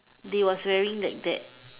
they was wearing like that